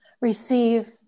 Receive